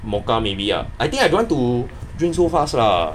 mocha maybe ah I think I don't want to drink so fast lah